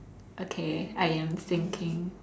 okay I am thinking